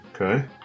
Okay